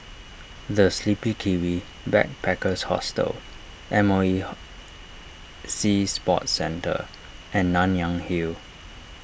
the Sleepy Kiwi Backpackers Hostel M O E Sea Sports Centre and Nanyang Hill